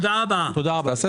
תודה רבה.